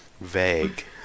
Vague